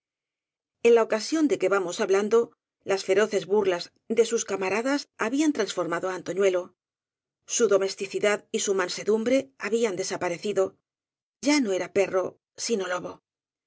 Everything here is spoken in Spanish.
en la ocasión de que vamos hablando las fero ces burlas de sus camaradas habían transformado á antoñuelo su domesticidad y su mansedumbre habían desaparecido ya no era perro sino lobo